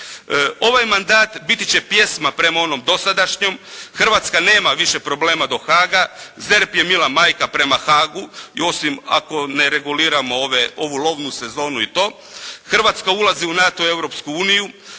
Ovaj mandat biti će pjesma prema onom dosadašnjem, Hrvatska nema više problema do Haaga, ZERP je mila majka prema Haagu, osim ako ne reguliramo ovu lovnu sezonu i to. Hrvatska ulazi u NATO i